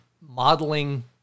modeling